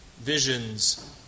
Visions